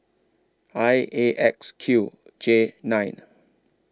I A X Q J nine